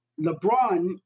LeBron